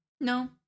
No